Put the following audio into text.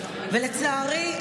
ולצערי,